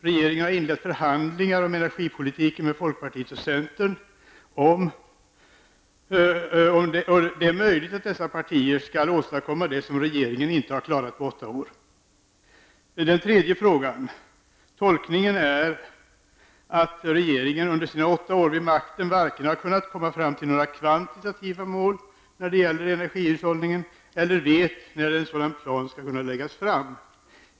Regeringen har inlett förhandlingar om energipolitiken med folkpartiet och centern. Det är möjligt att dessa partier skall åstadkomma det som regeringen inte har klarat på åtta år. Så till svaret på den tredje frågan. Tolkning är att regeringen under sina åtta år vid makten varken har kunnat komma fram till några kvantitativa mål när det gäller energihushållningen eller vet när en plan för denna skall kunna läggas fram.